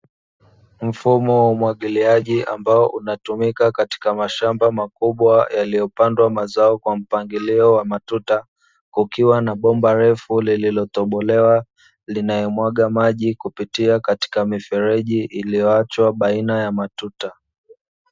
Mfumo wa umwagiliaji ambao unatumika katika mashamba makubwa yaliyopandwa mazao kwa mpangilio wa matuta, kukiwa na bomba refu lililotobolewa linalomwaga maji kupitia katika mifereji iliyoachwa baina ya matuta.